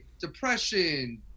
depression